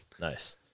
Nice